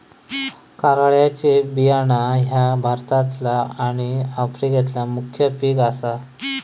कारळ्याचे बियाणा ह्या भारतातला आणि आफ्रिकेतला मुख्य पिक आसा